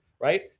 right